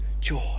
joy